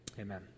Amen